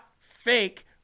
fake